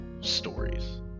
stories